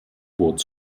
boots